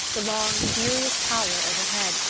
the long furious howl overhead,